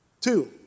Two